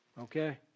okay